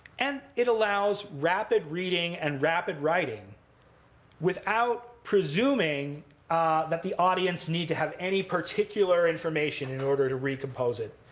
and it allows rapid reading and rapid writing without presuming that the audience need to have any particular information in order to recompose it.